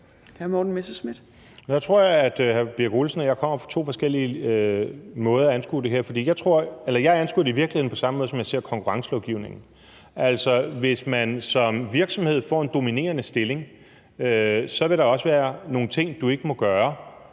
Olesen og jeg kommer fra to forskellige måder at anskue det her på. For jeg anskuer det i virkeligheden på samme måde, som jeg ser konkurrencelovgivningen. Altså, hvis man som virksomhed får en dominerende stilling, vil der også være nogle ting, du ikke må gøre,